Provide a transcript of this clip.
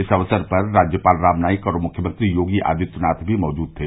इस अवसर पर राज्यपाल राम नाइक और मुख्यमंत्री योगी आदित्यनाथ भी मौजूद थे